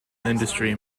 industry